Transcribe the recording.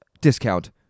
discount